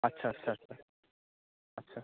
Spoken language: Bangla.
আচ্ছা আচ্ছা আচ্ছা আচ্ছা